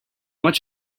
much